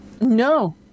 No